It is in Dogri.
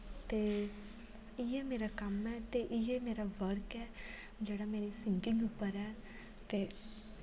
ते इ'यै मेरा कम्म ऐ ते इ'यै मेरा वर्क ऐ जेह्ड़ा मेरी सिंगिंग उप्पर ऐ ते